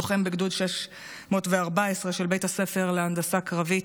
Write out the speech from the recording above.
לוחם בגדוד 614 של בית הספר להנדסה קרבית,